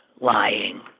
lying